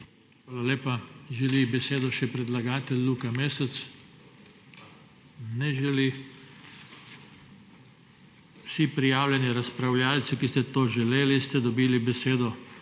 Hvala lepa. Želi besedo še predlagatelj, Luka Mesec? (Ne.) Vsi prijavljeni razpravljavci, ki ste to želeli, ste dobili besedo.